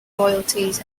royalties